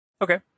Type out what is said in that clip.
Okay